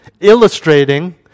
illustrating